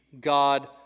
God